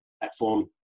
platform